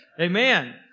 Amen